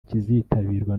kizitabirwa